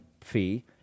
fee